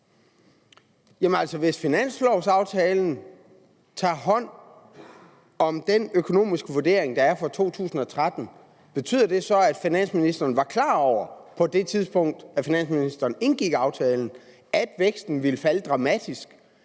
hvis finanslovaftalen tager hånd om den økonomiske vurdering, der er for 2013, betyder det så, at finansministeren, på det tidspunkt finansministeren indgik aftalen, var klar over, at væksten ville falde dramatisk,